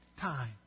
time